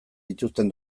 dituzten